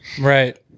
Right